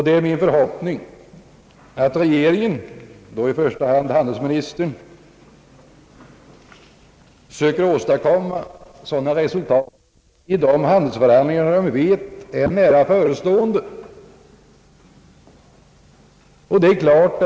Det är min förhoppning att regeringen — då i första hand handelsministern — skall söka åstadkomma ett sådant resultat vid de handelsförhandlingar som vi vet är nära förestående.